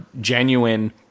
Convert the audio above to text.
genuine